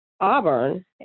Auburn